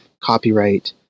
copyright